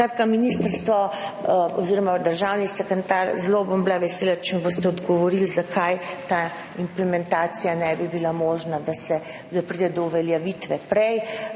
natančna. Ministrstvo oziroma državni sekretar! Zelo bom vesela, če mi boste odgovorili, zakaj ta implementacija ne bi bila možna, da pride do uveljavitve že prej.